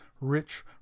rich